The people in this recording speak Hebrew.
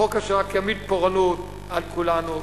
חוק אשר רק ימיט פורענות על כולנו.